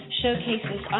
showcases